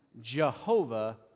Jehovah